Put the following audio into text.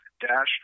dash